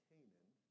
Canaan